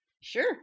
Sure